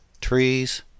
trees